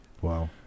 wow